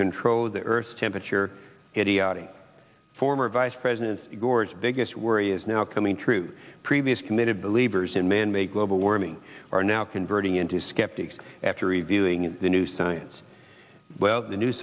control the earth's temperature idiotic former vice president gore's biggest worry is now coming true previous committed believers in manmade global warming are now converting into skeptics after reviewing the new science well the new